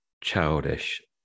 childish